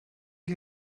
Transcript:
die